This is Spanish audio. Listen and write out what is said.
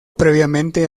previamente